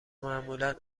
معمولا